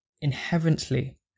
inherently